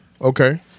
Okay